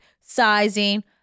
sizing